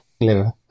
liver